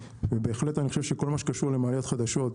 ובהחלט אני חושב שכל מה שקשור למעליות חדשות,